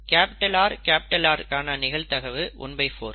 அதேபோல் RR கான நிகழ்தகவு 14